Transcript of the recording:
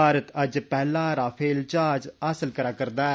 भारत अज्ज पैह्ला राफेल जहाज हासल करा करदा ऐ